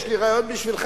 יש לי רעיון בשבילך,